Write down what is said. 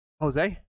Jose